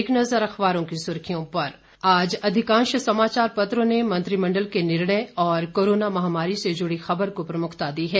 एक नज़र अखबारों की सुर्खियों पर आज अधिकांश समाचार पत्रों ने मंत्रिमंडल के निर्णय और कोरोना माहमारी से जुड़ी खबर को प्रमुखता दी है